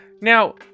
now